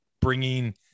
bringing